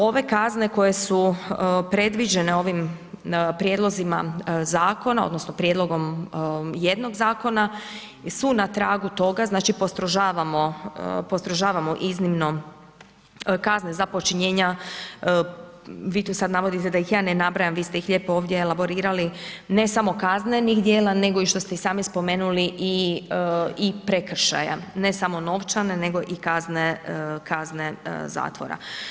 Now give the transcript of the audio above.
Ove kazne koje su predviđene ovim prijedlozima zakona odnosno prijedlogom jednog zakona i su na tragu toga znači postrožavamo, postrožavamo iznimno kazne za počinjenja, vi ih tu sad navodite da ih ja ne nabrajam, vi ste ih lijepo ovdje elaborirali, ne samo kaznenih djela, nego i što ste i sami spomenuli i, i prekršaja, ne samo novčane, nego i kazne, kazne zatvora.